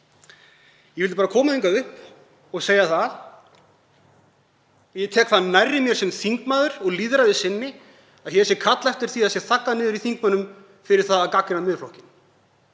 Ég vildi bara koma hingað upp og segja það að ég tek það nærri mér sem þingmaður og lýðræðissinni að hér sé kallað eftir því að þagga niður í þingmönnum fyrir að gagnrýna Miðflokkinn.